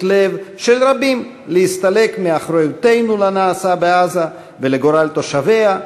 לב של רבים להסתלק מאחריותנו לנעשה בעזה ולגורל תושביה,